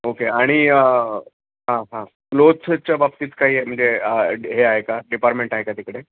okay आणि हां हां क्लोथसच्या बाबतीत काही म्हणजे हे आहे का डिपार्टमेंट आहे का तिकडे